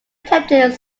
attempted